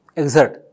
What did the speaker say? exert